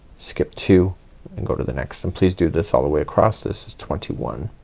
skip two and go to the next and please do this all the way across. this is twenty one.